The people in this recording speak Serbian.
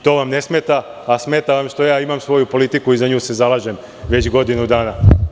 To vam ne smeta, a smeta vam što imam svoju politiku i što se za nju zalažem već godinu dana.